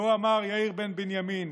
כה אמר יאיר בן בנימין,